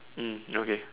mm okay